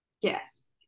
Yes